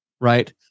Right